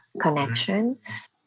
connections